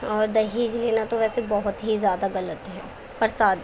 اور دہیج لینا تو ویسے بہت ہی زیادہ غلط ہے پرساد